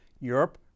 Europe